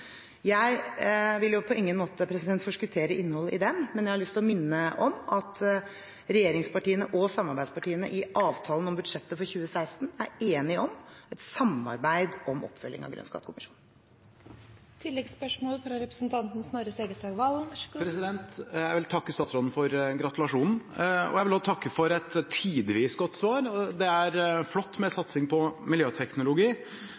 Jeg vil på ingen måte forskuttere innholdet i den, men jeg har lyst til å minne om at regjeringspartiene og samarbeidspartiene i avtalen om budsjettet for 2016 er enige om et samarbeid om oppfølging av Grønn skattekommisjon. Jeg vil takke statsråden for gratulasjonen, og jeg vil også takke for et tidvis godt svar. Det er flott med satsing på miljøteknologi,